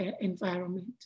environment